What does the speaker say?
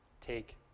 Take